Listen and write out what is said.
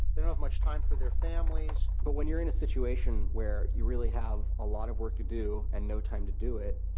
they don't have much time for their families. um, but when you're in situation where you really have a lot of work to do and no time to do it,